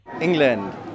England